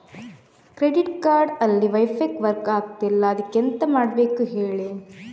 credit card ಅಲ್ಲಿ wifi work ಆಗ್ತಿಲ್ಲ ಅದ್ಕೆ ಎಂತ ಮಾಡಬೇಕು ಹೇಳಿ